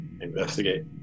Investigate